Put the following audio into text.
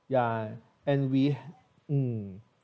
ya and we um